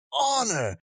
honor